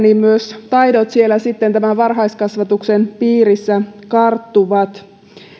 myös taidot siellä sitten tämän varhaiskasvatuksen piirissä karttuvat